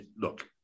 look